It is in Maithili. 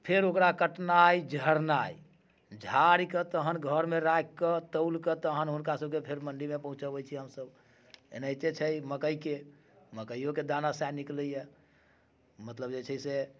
फेर ओकरा कटनाइ झरनाइ झारिकऽ तहन घरमे राखिके तौलके तहन हुनका सबके फेर मण्डीमे पहुँचबै छी हमसब एनाहिते छै मकइके मकैयोके दाना सएह निकलैये मतलब जे छै से